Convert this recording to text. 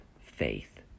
faith